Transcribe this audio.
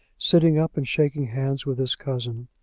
sitting up and shaking hands with his cousin.